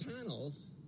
panels